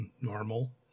normal